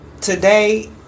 today